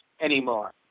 anymore